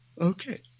Okay